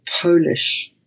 Polish